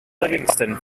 livingston